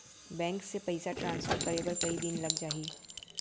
Bank से पइसा transfer करे बर कई दिन लग जाही?